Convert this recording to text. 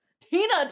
Tina